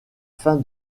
fin